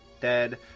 dead